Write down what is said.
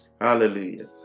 Hallelujah